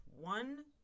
one